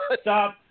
stop